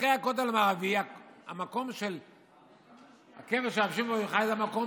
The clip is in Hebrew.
אחרי הכותל המערבי הקבר של רבי שמעון בר יוחאי הוא המקום